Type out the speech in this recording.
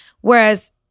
Whereas